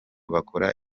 bakora